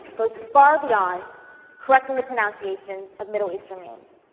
goes far beyond correcting the pronunciations of middle eastern names.